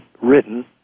written